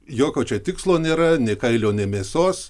jokio čia tikslo nėra nei kailio nei mėsos